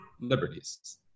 liberties